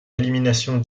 élimination